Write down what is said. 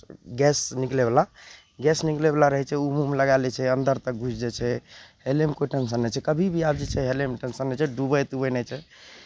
gas निकलैवला gas निकलैबला रहै छै ओ मुँहमे लगाए लै छै अन्दर तक घुसि जाइ छै हेलयमे कोइ टेंसन नहि छै कभी भी आब जे छै हेलयमे टेंसन नहि छै डूबै तूबै नहि छै